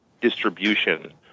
Distribution